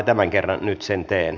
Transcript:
tämän kerran nyt sen teen